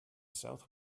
south